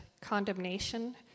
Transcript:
condemnation